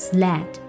Sled